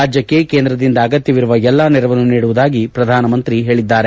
ರಾಜ್ಚಕ್ಕೆ ಕೇಂದ್ರದಿಂದ ಅಗತ್ಯವಿರುವ ಎಲ್ಲಾ ನೆರವನ್ನು ನೀಡುವುದಾಗಿ ಪ್ರಧಾನಮಂತ್ರಿ ಹೇಳಿದ್ದಾರೆ